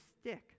stick